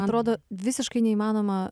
atrodo visiškai neįmanoma